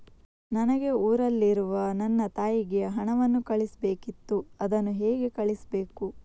ನನಗೆ ಊರಲ್ಲಿರುವ ನನ್ನ ತಾಯಿಗೆ ಹಣವನ್ನು ಕಳಿಸ್ಬೇಕಿತ್ತು, ಅದನ್ನು ಹೇಗೆ ಕಳಿಸ್ಬೇಕು?